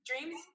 dreams